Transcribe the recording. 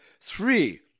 three